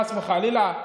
חס וחלילה,